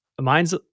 mine's